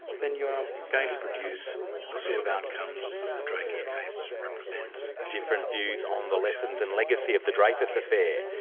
then you are going to produce the sort of outcomes that the dreyfus case represents. different views on the lessons and legacy of the dreyfus affair.